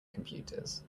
computers